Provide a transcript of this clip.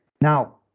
Now